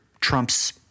Trump's